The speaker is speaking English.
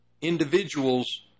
individuals